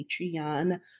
Patreon